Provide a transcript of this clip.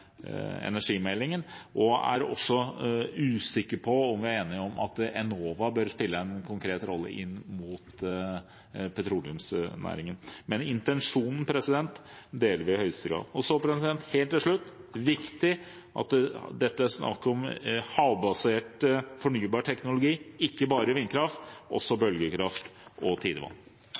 energimeldingen. Vi er også usikre på om vi er enig i at Enova bør spille en konkret rolle inn mot petroleumsnæringen. Men intensjonen deler vi i høyeste grad. Helt til slutt: Det er viktig når vi snakker om havbasert fornybar teknologi, at det ikke bare dreier seg om vindkraft, men også om bølgekraft og tidevann.